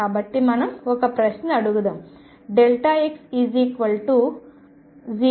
కాబట్టి మనం ఒక ప్రశ్న అడుగుదాం x0